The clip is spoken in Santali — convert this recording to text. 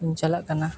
ᱤᱧ ᱪᱟᱞᱟᱜ ᱠᱟᱱᱟ